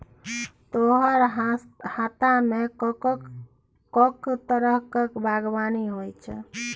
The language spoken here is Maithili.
तोहर हातामे कैक तरहक बागवानी होए छौ